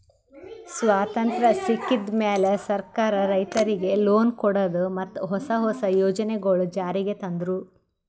ಸ್ವತಂತ್ರ್ ಸಿಕ್ಕಿದ್ ಮ್ಯಾಲ್ ಸರ್ಕಾರ್ ರೈತರಿಗ್ ಲೋನ್ ಕೊಡದು ಮತ್ತ್ ಹೊಸ ಹೊಸ ಯೋಜನೆಗೊಳು ಜಾರಿಗ್ ತಂದ್ರು